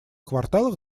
кварталах